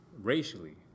racially